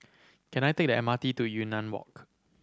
can I take the M R T to Yunnan Walk